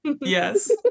Yes